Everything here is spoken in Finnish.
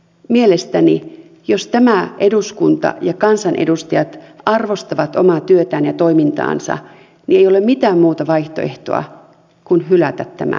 mielestäni jos tämä eduskunta ja kansanedustajat arvostavat omaa työtään ja toimintaansa ei ole mitään muuta vaihtoehtoa kuin hylätä tämä hallituksen ehdotus